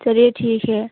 चलिये ठीक है